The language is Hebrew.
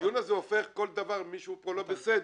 הדיון הזה הופך כל דבר אם מישהו פה לא בסדר.